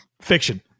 Fiction